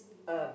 uh